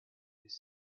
this